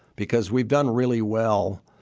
because we've done really well.